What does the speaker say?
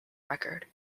record